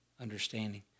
understanding